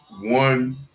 one